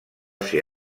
ser